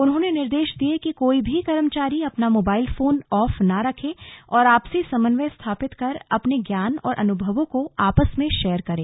उन्होंने निर्देश दिये कि कोई भी कर्मचारी अपना मोबाइल फोन ऑफ न रखे और आपसी समन्वय स्थापित कर अपने ज्ञान और अनुभवों को आपस में शेयर करें